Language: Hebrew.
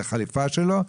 לחליפה שלו,